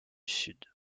sud